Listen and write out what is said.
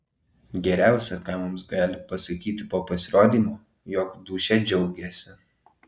geriausia ką mums gali pasakyti po pasirodymo jog dūšia džiaugėsi